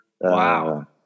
Wow